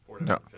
No